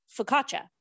focaccia